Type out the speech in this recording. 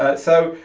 so,